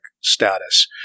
status